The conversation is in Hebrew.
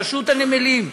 ברשות הנמלים,